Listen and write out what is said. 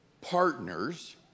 partners